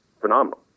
Phenomenal